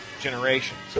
generations